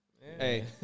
hey